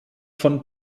von